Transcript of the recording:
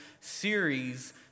series